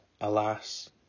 alas